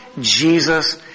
Jesus